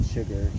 Sugar